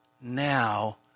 now